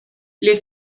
les